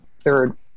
third